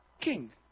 king